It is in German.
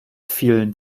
fielen